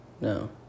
no